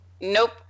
Nope